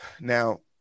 now